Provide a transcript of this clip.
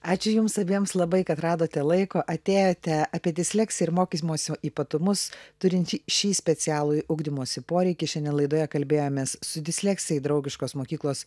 ačiū jums abiems labai kad radote laiko atėjote apie disleksiją ir mokymosi ypatumus turint šį šį specialųjį ugdymosi poreikį šiandien laidoje kalbėjomės su disleksijai draugiškos mokyklos